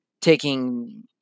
taking